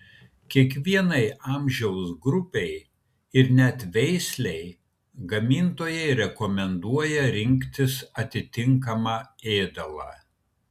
kiekvienai amžiaus grupei ir net veislei gamintojai rekomenduoja rinktis atitinkamą ėdalą